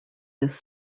this